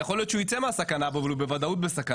יכול להיות שהוא ייצא מהסכנה אבל הוא בוודאות בסכנה.